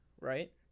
right